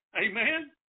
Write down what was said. Amen